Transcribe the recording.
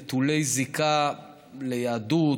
והם נטולי זיקה ליהדות,